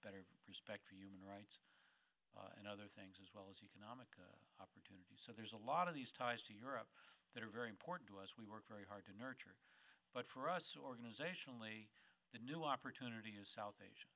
are respect for human rights and other things as well as economic opportunities so there's a lot of these ties to europe that are very important to us we work very hard to nurture but for us organizationally the new opportunity of south asia